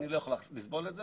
אני לא יכול לסבול את זה